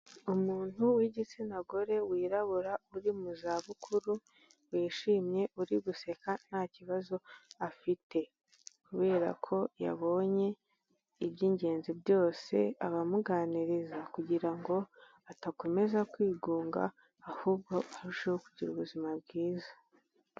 Umuntu w'igitsina gore wirabura uri mu zabukuru wishimye uri guseka nta kibazo afite, kubera ko yabonye iby'ingenzi byose, abamuganiriza kugira ngo atakomeza kwigunga ahubwo arusheho kugira ubuzima bwiza.